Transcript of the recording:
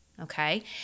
Okay